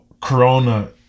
Corona